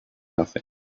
nothing